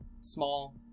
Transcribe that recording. small